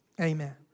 Amen